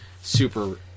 super